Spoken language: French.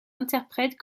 interprète